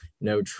No